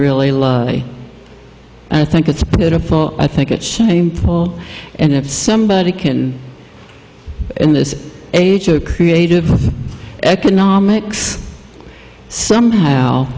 really i think it's beautiful i think it's shameful and if somebody can in this age of creative economics somehow